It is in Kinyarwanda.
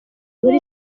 inkuru